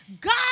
God